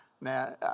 now